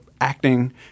acting